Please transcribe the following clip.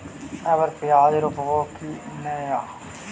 अबर प्याज रोप्बो की नय?